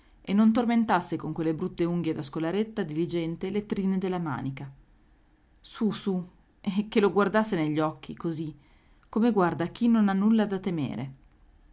e non tormentasse con quelle brutte unghie da scolaretta diligente le trine della manica su su e che lo guardasse negli occhi così come guarda chi non ha nulla da temere